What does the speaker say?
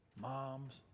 moms